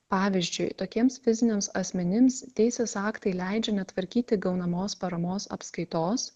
pavyzdžiui tokiems fiziniams asmenims teisės aktai leidžia netvarkyti gaunamos paramos apskaitos